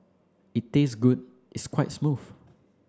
it tastes good it's quite smooth